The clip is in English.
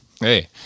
Hey